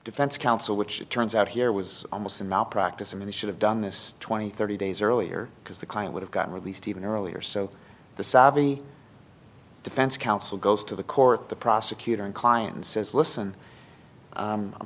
defense counsel which it turns out here was almost in malpractise and should have done this twenty thirty days earlier because the client would have gotten released even earlier so the savvy defense counsel goes to the court the prosecutor and client and says listen